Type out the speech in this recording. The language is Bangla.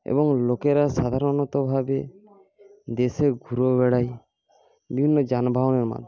এবং লোকেরা সাধারণতভাবে দেশে ঘুরে বেড়ায় বিভিন্ন যানবাহনের মাধ্যমে